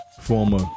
former